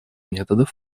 методов